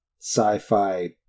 sci-fi